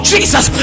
Jesus